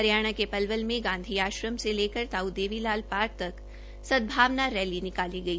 हरियाणा के पलवल में गांधी आश्रम से लेकर ताऊ देवी लाल पार्क तक सदभावना रैली निकाली गई